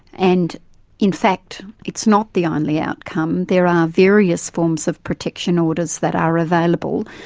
and in fact, it's not the only outcome, there are various forms of protection orders that are available,